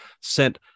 sent